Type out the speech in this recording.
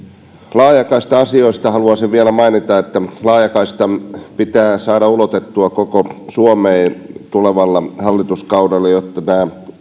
laajakaista asioista haluaisin vielä mainita että laajakaista pitää saada ulotettua koko suomeen tulevalla hallituskaudella jotta